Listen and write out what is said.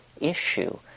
issue